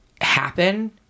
happen